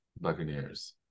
Buccaneers